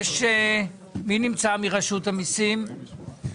מי נמצא מרשות המסים?